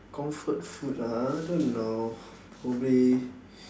comfort food ah I don't know probably